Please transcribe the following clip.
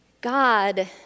God